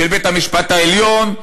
של בית-המשפט העליון,